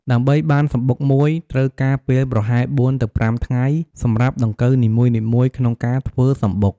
ដើម្បីបានសំបុកមួយ ត្រូវការពេលប្រហែល ៤ ទៅ ៥ ថ្ងៃសម្រាប់ដង្កូវនីមួយៗក្នុងការធ្វើសំបុក។